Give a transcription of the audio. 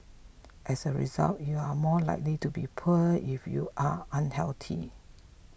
as a result you are more likely to be poor if you are unhealthy